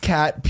Cat